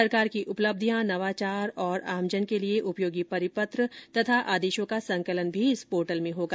सरकार की उपलब्धियां नवाचार और आमजन के लिए उपयोगी परिपत्र तथा आदेशों का संकलन भी इस पोर्टल में होगा